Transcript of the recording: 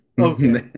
Okay